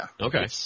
Okay